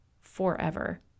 forever